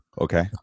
Okay